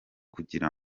kugira